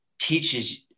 teaches